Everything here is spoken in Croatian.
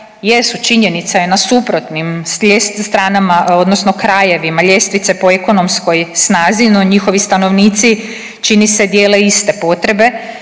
ljestvice po stranama, odnosno krajevima, ljestvice po ekonomskoj snazi no njihovi stanovnici čini se dijele iste potrebe,